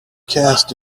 cast